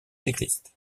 cyclistes